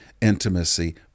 intimacy